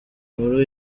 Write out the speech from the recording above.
nkuru